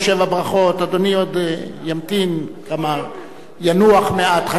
אדוני ימתין, ינוח מעט, חצי שעה, שעה.